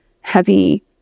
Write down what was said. heavy